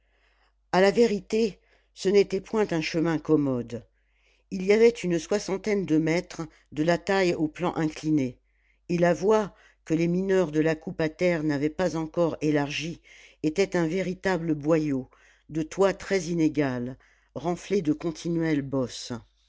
a la vérité ce n'était point un chemin commode il y avait une soixantaine de mètres de la taille au plan incliné et la voie que les mineurs de la coupe à terre n'avaient pas encore élargie était un véritable boyau de toit très inégal renflé de continuelles bosses